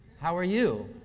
how are you.